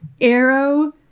arrow